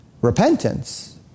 repentance